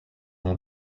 nom